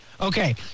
Okay